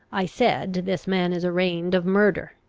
i said, this man is arraigned of murder,